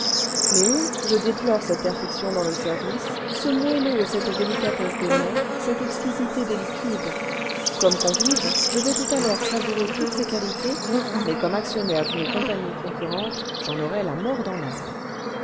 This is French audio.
mais oui je déplore cette perfection dans le service ce moelleux et cette débcatesse des mets cette exquisitédes liquides comme convive je vais tout à l'heure savourer toutes ces qualités mais comme actionnaire d'une compagnie concurrente j'en aurai la mort dans l'âme